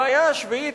הבעיה השביעית,